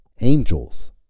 angels